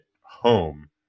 home